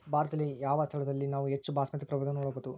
ಭಾರತದಲ್ಲಿ ಯಾವ ಸ್ಥಳದಲ್ಲಿ ನಾವು ಹೆಚ್ಚು ಬಾಸ್ಮತಿ ಪ್ರಭೇದವನ್ನು ನೋಡಬಹುದು?